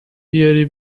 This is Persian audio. بیاری